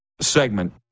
segment